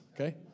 Okay